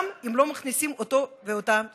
גם אם לא מכניסים אותו ואותה לכאן,